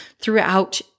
throughout